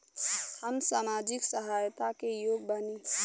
हम सामाजिक सहायता के योग्य बानी?